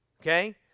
okay